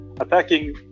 attacking